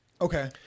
Okay